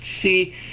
see